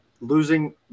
losing –